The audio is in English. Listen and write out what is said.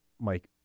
Mike